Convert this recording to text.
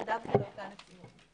רוני, רוצה לומר על זה משהו?